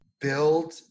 build